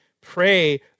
pray